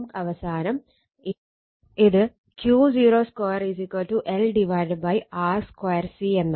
അവസാനം ഇത് Q02 LR 2 C എന്നാവും